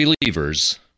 believers